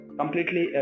completely